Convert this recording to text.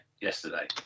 yesterday